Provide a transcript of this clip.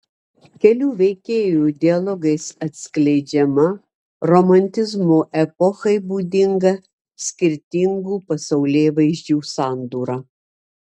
kelių veikėjų dialogais atskleidžiama romantizmo epochai būdinga skirtingų pasaulėvaizdžių sandūra